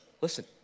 Listen